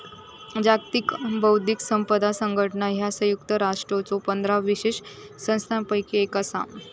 जागतिक बौद्धिक संपदा संघटना ह्या संयुक्त राष्ट्रांच्यो पंधरा विशेष संस्थांपैकी एक असा